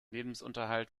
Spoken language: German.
lebensunterhalt